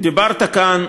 דיברת כאן